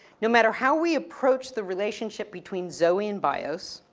no matter how we approach the relationship between zoe and bios,